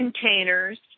containers